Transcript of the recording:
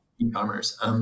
e-commerce